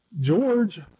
George